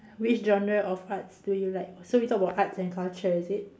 which genre of Arts do you like so we talk about Arts and culture is it